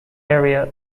area